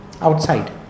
outside